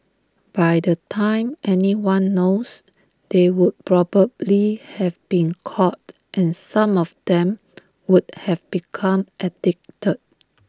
by the time anyone knows they would probably have been caught and some of them would have become addicted